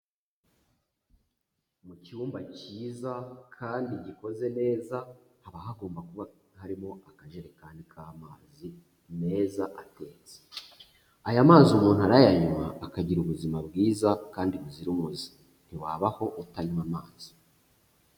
Mu cyumba cyiza kandi gikoze neza, haba hagomba kuba harimo akajerekani k'amazi meza atetse. Aya mazi umuntu arayanywa, akagira ubuzima bwiza kandi buzira umuze. Ntiwabaho utanywa amazi.